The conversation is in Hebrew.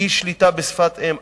היא שליטה בשפת אם.